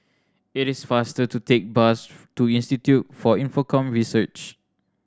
it is faster to take bus to Institute for Infocomm Research